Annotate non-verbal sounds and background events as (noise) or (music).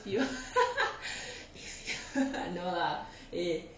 with you (laughs) with you no lah eh